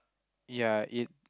ya it